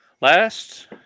Last